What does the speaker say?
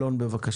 אלון טל, בבקשה.